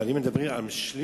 אבל אם אני מדבר על שליש,